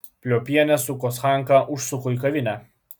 pliopienė su kochanka užsuko į kavinę